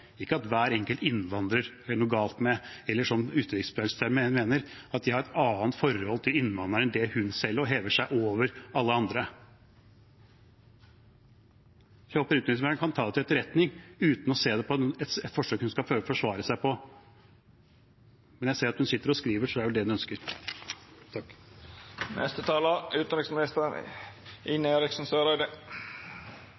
ikke det at det er hver enkelt innvandrer det er noe galt med, eller – som utenriksministeren mener – at jeg har et annet forhold til innvandrere enn det hun selv har, som hever seg over alle andre. Jeg håper utenriksministeren kan ta det til etterretning, uten noe forsøk på å forsvare seg, men jeg ser at hun sitter og skriver, så det er vel det hun ønsker.